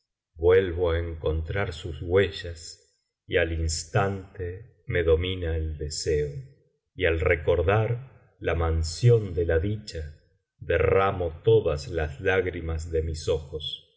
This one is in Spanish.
vuelvo á encontrar sus huellas y al instante me domina el deseo y al recordar la mansión de la dicha derramo todas las lágrimas de mis ojos